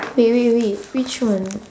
wait wait wait which one